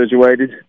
situated